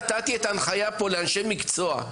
נתתי את ההנחיה לאנשי מקצוע.